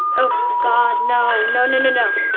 oh god, no. no, no, no, no.